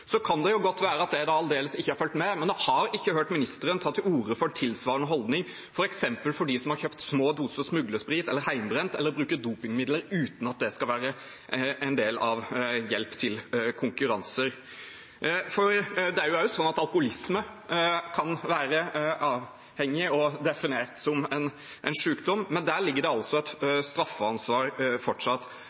Så kan det godt være at jeg aldeles ikke har fulgt med, men jeg har ikke hørt statsråden ta til orde for tilsvarende holdning f.eks. for dem som har kjøpt små doser smuglersprit, hjemmebrent eller bruker dopingmidler uten at det skal være en del av hjelp til konkurranser. Det er også sånn at alkoholisme kan være avhengighet og definert som en sjukdom, men der ligger det altså et straffansvar fortsatt.